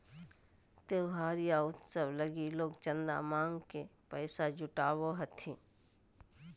त्योहार या उत्सव लगी लोग चंदा मांग के पैसा जुटावो हथिन